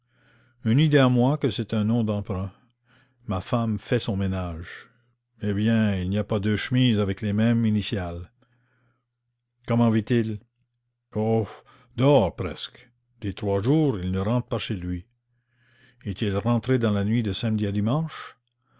idée à moi que c'est un nom d'emprunt ma femme fait son ménage eh bien il n'a pas deux chemises avec les mêmes initiales comment vit-il oh presque toujours dehors des trois jours il ne rentre pas chez lui est-il rentré dans la nuit de samedi à dimanche